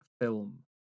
film